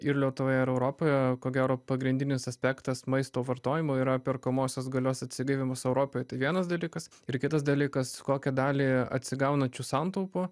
ir lietuvoje ir europoje ko gero pagrindinis aspektas maisto vartojimo yra perkamosios galios atsigavimas europoj vienas dalykas ir kitas dalykas kokią dalį atsigaunančių santaupų